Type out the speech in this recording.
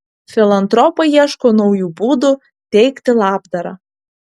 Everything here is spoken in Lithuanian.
filantropai ieško naujų būdų teikti labdarą